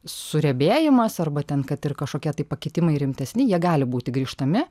suriebėjimas arba ten kad ir kažkokie tai pakitimai rimtesni jie gali būti grįžtami